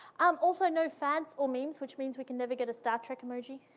um also no fads or memes, which means we can never get a star trek emoji,